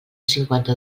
cinquanta